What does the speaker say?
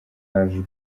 jay